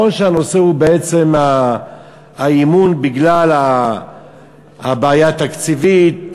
נכון שהנושא הוא בעצם האי-אמון בגלל הבעיה התקציבית,